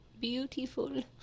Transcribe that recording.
beautiful